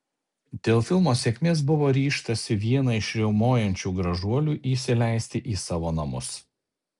dėl filmo sėkmės buvo ryžtasi vieną iš riaumojančių gražuolių įsileisti į savo namus